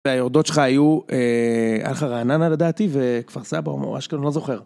והיורדות שלך היו, אה... היה לך רעננה לדעתי, וכפר סבא או... אשקלון, לא זוכר.